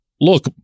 Look